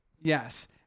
Yes